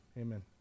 amen